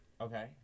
Okay